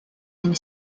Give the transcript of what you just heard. and